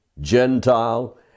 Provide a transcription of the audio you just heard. Gentile